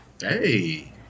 Hey